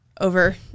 over